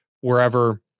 wherever